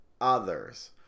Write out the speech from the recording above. others